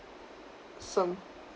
some